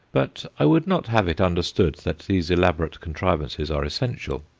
but i would not have it understood that these elaborate contrivances are essential.